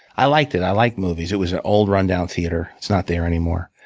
i liked it. i like movies. it was an old, rundown theater. it's not there anymore.